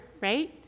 right